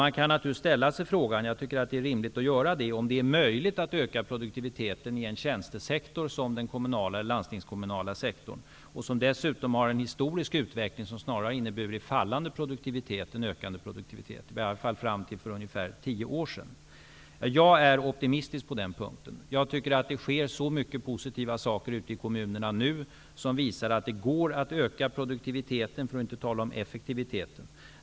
Man kan naturligtvis ställa sig frågan, vilket jag tycker är rimligt att göra, om det är möjligt att öka produktiviteten i en tjänstesektor som den kommunala eller landstingskommunala sektorn, som dessutom har en historisk utveckling som snarare har inneburit en mer fallande än ökande produktivitet, i alla fall under tiden fram till för ungefär tio år sedan. Jag är optimistisk på den punkten. Jag tycker att det nu sker så mycket positivt ute i kommunerna som visar att det går att öka produktiviteten, för att inte tala om effektiviteten.